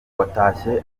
watashye